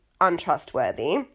untrustworthy